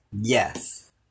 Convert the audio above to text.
Yes